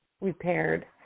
repaired